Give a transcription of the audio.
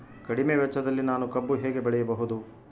ಕಡಿಮೆ ವೆಚ್ಚದಲ್ಲಿ ನಾನು ಕಬ್ಬು ಹೇಗೆ ಬೆಳೆಯಬಹುದು?